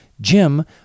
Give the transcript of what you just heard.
Jim